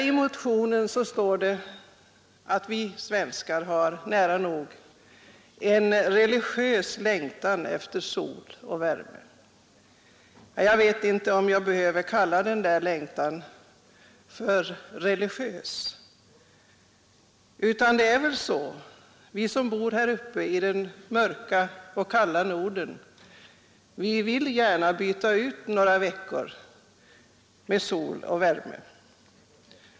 I motionen står det att vi svenskar har en nära nog religiös längtan efter sol och värme. Jag vet inte om jag skall kalla denna längtan för religiös, utan det är väl så att vi som bor här uppe i den mörka och kalla Norden gärna vill byta ut några veckor mot sol och värme.